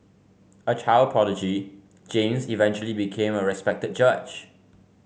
a child prodigy James eventually became a respected judge